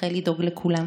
אחרי לדאוג לכולם,